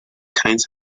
kinds